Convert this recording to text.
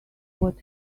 what